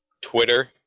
Twitter